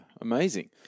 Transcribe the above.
Amazing